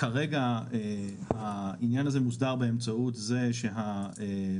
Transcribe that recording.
כרגע העניין הזה מוסדר באמצעות זה שהדומיינים